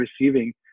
receiving